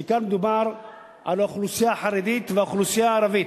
בעיקר מדובר על האוכלוסייה החרדית והאוכלוסייה הערבית,